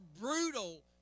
brutal